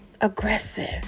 aggressive